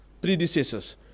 predecessors